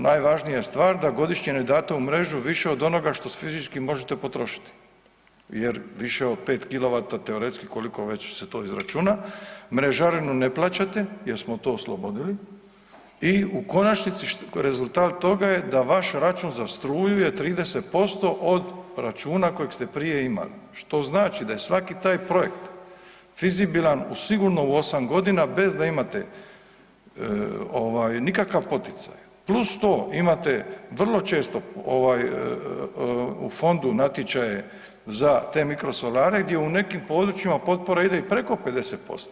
Najvažnija stvar da godišnje ne date u mrežu više od onoga što fizički možete potrošiti jer više od 5 kilovata teoretski koliko već se to izračuna mrežarinu ne plaćate jer smo to oslobodili i u konačnici rezultat toga je da vaš račun za struju je 30% od računa kojeg ste prije imali, što znači da je svaki taj projekt fizibilan u sigurno u 8.g. bez da imate ovaj nikakav poticaj + to imate vrlo često ovaj u fondu natječaje za te mikrosolare gdje u nekim područjima potpora ide i preko 50%